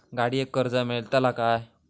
गाडयेक कर्ज मेलतला काय?